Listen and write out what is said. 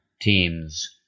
teams